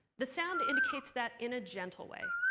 the sound indicates that in a gentle way.